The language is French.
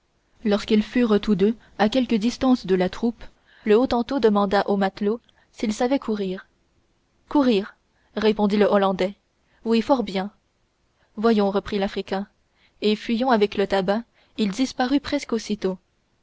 lorsqu'ils furent tous deux à quelque distance de la troupe le hottentot demanda au matelot s'il savait courir courir répond le hollandais oui fort bien voyons reprit l'africain et fuyant avec le tabac il disparut presque aussitôt